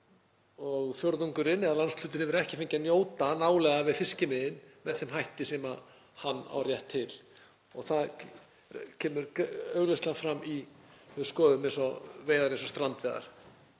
og fjórðungurinn eða landshlutinn hefur ekki fengið að njóta nálægðar við fiskimiðin með þeim hætti sem hann á rétt til. Það kemur augljóslega fram þegar við skoðum veiðar eins og strandveiðar